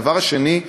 הדבר השני,